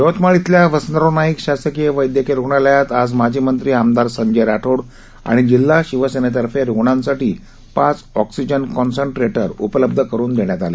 यवतमाळ इथल्या वसंतराव नाईक शासकीय वैद्यकीय रुग्णालयात आज माजी मंत्री आमदार संजय राठोड आणि जिल्हा शिवसेनेतर्फे रुग्णांसाठी पाच ऑक्सिजन काँसंट्रेटर उपलब्ध करून देण्यात आले